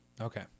Okay